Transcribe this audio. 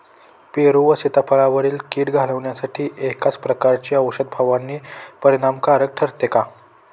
पेरू व सीताफळावरील कीड घालवण्यासाठी एकाच प्रकारची औषध फवारणी परिणामकारक ठरते का?